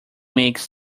makes